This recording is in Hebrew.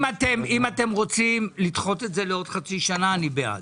אם אתם רוצים לדחות את זה לעוד חצי שנה, אני בעד.